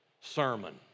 sermon